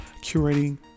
curating